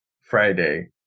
Friday